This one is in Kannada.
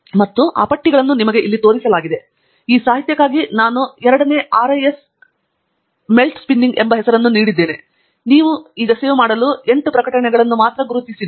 ಮತ್ತು ಆ ಪಟ್ಟಿಗಳನ್ನು ನಿಮಗೆ ಇಲ್ಲಿ ತೋರಿಸಲಾಗಿದೆ ಮತ್ತು ಈ ಸಾಹಿತ್ಯಕ್ಕಾಗಿ ನಾನು 2 ನೇ ಆರ್ಎಸ್ಪಿ ಮೆಲ್ಟ್ ಸ್ಪಿನ್ನಿಂಗ್ ಎಂಬ ಹೆಸರನ್ನು ನೀಡಿದ್ದೇನೆ ಮತ್ತು ನೀವು ಉಳಿಸಲು ಈಗ 8 ಪ್ರಕಟಣೆಯನ್ನು ಮಾತ್ರ ಗುರುತಿಸಿದ್ದೇವೆ